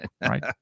Right